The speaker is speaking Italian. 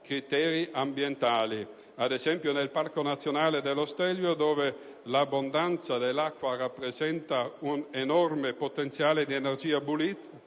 criteri ambientali. Ad esempio, nel Parco nazionale dello Stelvio, dove l'abbondanza dell'acqua rappresenta un enorme potenziale di energia pulita